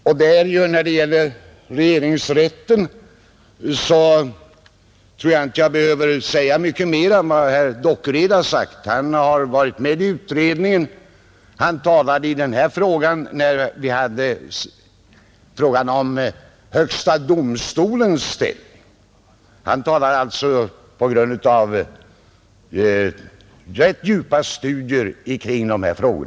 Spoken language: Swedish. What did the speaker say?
I fråga om regeringsrätten behöver jag inte säga något utöver vad herr Dockered har anfört. Han har suttit med i utredningen och han yttrade sig i debatten när vi hade frågan om högsta domstolens ställning uppe till behandling. Han talar alltså på grundval av rätt djupa studier i dessa frågor.